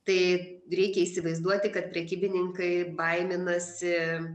tai reikia įsivaizduoti kad prekybininkai baiminasi